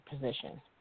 position